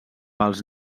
pels